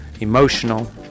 emotional